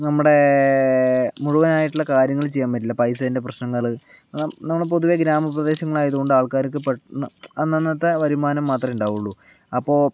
നമ്മുടെ മുഴുവനായിട്ടുള്ള കാര്യങ്ങള് ചെയ്യാൻ പറ്റില്ല പൈസേൻ്റെ പ്രശ്നനങ്ങൾ നമ്മള് പൊതു ഗ്രാമപ്രദേശങ്ങളായതുകൊണ്ട് ആൾക്കാർക്ക് പെട്ടന്ന് അന്നന്നത്തെ വരുമാനം മാത്രമേ ഉണ്ടാവുകയുള്ളൂ അപ്പോൾ